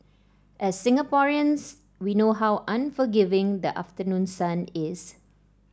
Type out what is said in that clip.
as Singaporeans we know how unforgiving the afternoon sun is